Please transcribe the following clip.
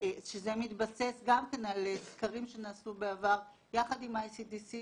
כשזה מתבסס גם כן על סקרים שנעשו בעבר יחד עם ה-ICDC,